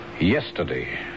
Yesterday